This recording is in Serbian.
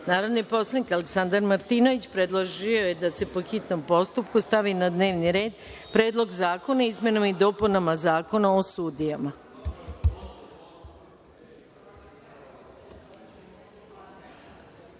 poslanik Aleksandar Martinović predložio je da se, po hitnom postupku, stavi na dnevni red - Predlog zakona o izmenama i dopunama Zakona o sudijama. Stavljam